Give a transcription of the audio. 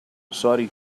sorry